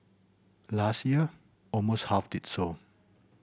last year almost half did so